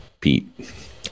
Pete